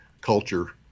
culture